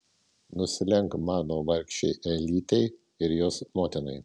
nusilenk mano vargšei elytei ir jos motinai